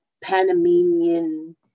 Panamanian